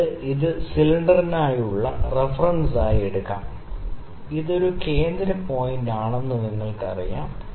നിങ്ങൾക്ക് ഇത് സിലിണ്ടറിലേക്കുള്ള റഫറൻസായി എടുക്കാം ഇത് ഒരു കേന്ദ്ര പോയിന്റാണെങ്കിൽ നിങ്ങൾക്കറിയാം